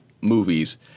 movies